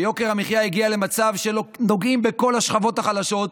ויוקר המחיה הגיע למצב שנוגעים בכל השכבות החלשות,